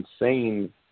insane